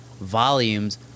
volumes